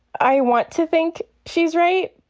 i want to think she's right.